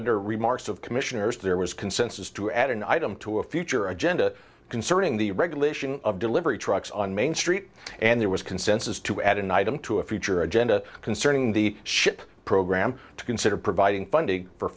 under remarks of commissioners there was consensus to add an item to a future agenda concerning the regulation of delivery trucks on main street and there was consensus to add an item to a future agenda concerning the schip program to consider providing funding for